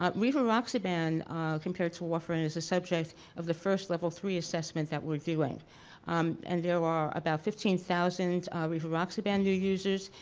um rivaroxaban compared to warfarin is the subject of the first level three assessment that we are doing um and there are about fifteen thousand rivaroxaban new users,